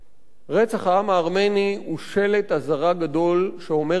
רצח העם הארמני הוא שלט אזהרה גדול שאומר לכולנו,